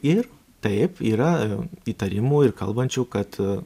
ir taip yra įtarimų ir kalbančių kad